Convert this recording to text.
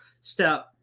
step